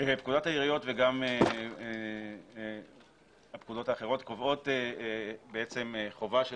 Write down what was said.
פקודת העיריות וגם הפקודות האחרות קובעות חובה של